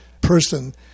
person